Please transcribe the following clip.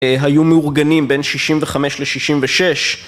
היו מאורגנים בין שישים וחמש לשישים ושש